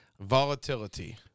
Volatility